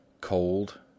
cold